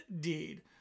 deed